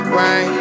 rain